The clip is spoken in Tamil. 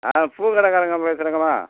ஆ பூக்கடைக்காரங்க பேசுறிங்களா